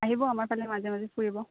আহিব আমাৰ ফালে মাজে মাজে ফুৰিব